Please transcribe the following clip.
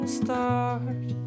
start